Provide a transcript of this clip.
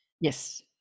Yes